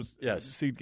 Yes